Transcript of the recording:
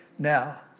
Now